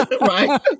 Right